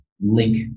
link